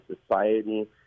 society